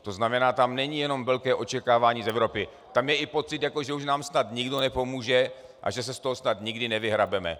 To znamená, tam není jenom velké očekávání z Evropy, tam je i pocit, jako že už nám snad nikdo nepomůže a že se z toho snad nikdy nevyhrabeme.